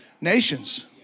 nations